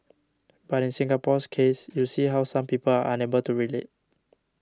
but in Singapore's case you see how some people are unable to relate